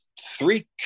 three